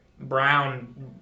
Brown